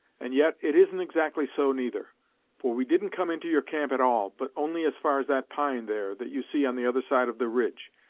and yet, it isn't exactly so, neither for we didn't come into your camp at all, but only as far as that pine, there, that you see on the other side of the ridge,